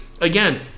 again